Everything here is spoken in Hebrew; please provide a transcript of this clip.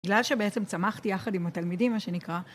בגלל שבעצם צמחתי יחד עם התלמידים, מה שנקרא.